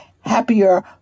happier